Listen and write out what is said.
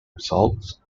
result